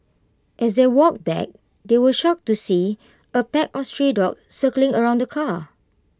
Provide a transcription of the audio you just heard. as they walked back they were shocked to see A pack of stray dogs circling around the car